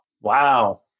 Wow